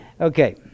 okay